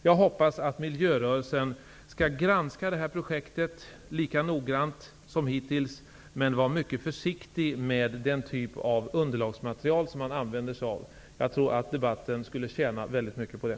Jag hoppas att miljörörelsen skall granska detta projekt lika noggrant som hittills, men att man är mycket försiktig med vilken typ av underlagsmaterial man använder sig av. Jag tror att debatten skulle tjäna väldigt mycket på det.